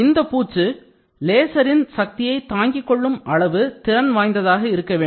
இந்தப் பூச்சு லேசரின் சக்தியை தாங்கிக் கொள்ளும் அளவு திறன் வாய்ந்ததாக இருக்க வேண்டும்